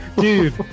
Dude